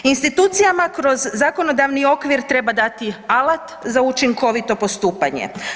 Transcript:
Institucijama kroz zakonodavni okvir treba dati alat za učinkovito postupanje.